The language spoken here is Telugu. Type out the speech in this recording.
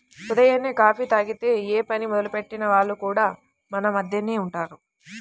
ఉదయాన్నే కాఫీ తాగనిదె యే పని మొదలెట్టని వాళ్లు కూడా మన మద్దెనే ఉంటారు